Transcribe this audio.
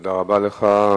תודה רבה לך,